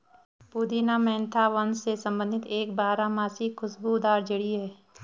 पुदीना मेंथा वंश से संबंधित एक बारहमासी खुशबूदार जड़ी है